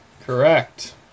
Correct